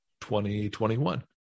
2021